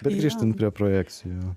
bet grįžtant prie projekcijų